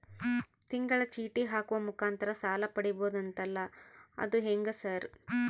ತಿಂಗಳ ಚೇಟಿ ಹಾಕುವ ಮುಖಾಂತರ ಸಾಲ ಪಡಿಬಹುದಂತಲ ಅದು ಹೆಂಗ ಸರ್?